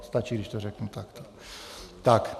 Stačí, když to řeknu takto.